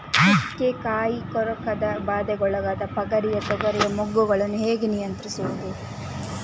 ಚುಕ್ಕೆ ಕಾಯಿ ಕೊರಕದ ಬಾಧೆಗೊಳಗಾದ ಪಗರಿಯ ತೊಗರಿಯ ಮೊಗ್ಗುಗಳನ್ನು ಹೇಗೆ ನಿಯಂತ್ರಿಸುವುದು?